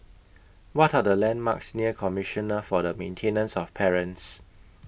What Are The landmarks near Commissioner For The Maintenance of Parents